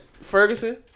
Ferguson